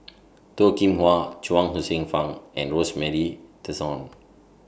Toh Kim Hwa Chuang Hsueh Fang and Rosemary Tessensohn